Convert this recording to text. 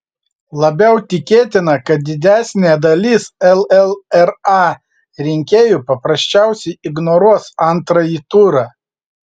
labiau tikėtina kad didesnė dalis llra rinkėjų paprasčiausiai ignoruos antrąjį turą